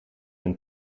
hun